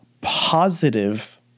positive